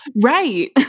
Right